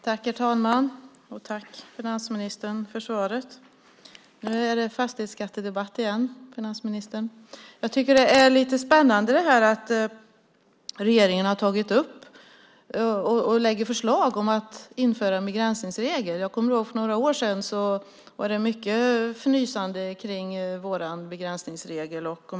Herr talman! Jag tackar finansministern för svaret. Nu är det fastighetsskattedebatt igen. Jag tycker att det är lite spännande att regeringen lägger fram förslag om att införa en begränsningsregel. Jag kommer ihåg att för några år sedan var det mycket fnysande kring vår begränsningsregel.